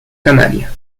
canaria